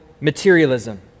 materialism